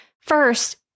first